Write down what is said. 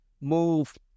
move